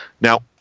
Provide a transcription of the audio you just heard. Now